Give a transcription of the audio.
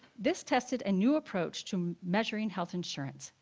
this tested a new approach to measuring health insurance.